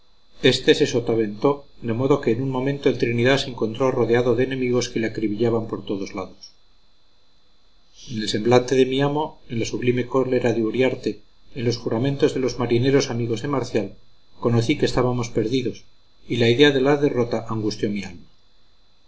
éste se sotaventó de modo que en un momento el trinidad se encontró rodeado de enemigos que le acribillaban por todos lados en el semblante de mi amo en la sublime cólera de uriarte en los juramentos de los marineros amigos de marcial conocí que estábamos perdidos y la idea de la derrota angustió mi alma